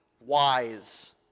wise